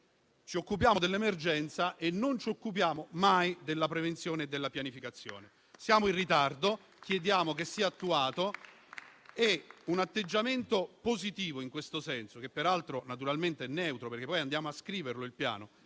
ci occupiamo dell'emergenza e non ci occupiamo mai della prevenzione e della pianificazione. Siamo in ritardo e chiediamo che tale Piano sia attuato. Un atteggiamento positivo in questo senso, che peraltro naturalmente è neutro, perché poi andiamo a scriverlo il Piano,